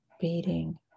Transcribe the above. Beating